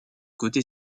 côté